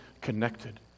connected